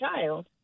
child